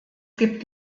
gibt